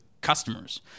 customers